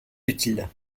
utile